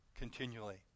Continually